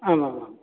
आम् आम् आम्